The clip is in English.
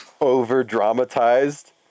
over-dramatized